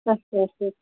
اَچھا اَچھا اَچھا